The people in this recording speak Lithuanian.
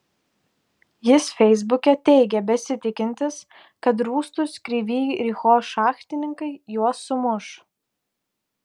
jis feisbuke teigė besitikintis kad rūstūs kryvyj riho šachtininkai juos sumuš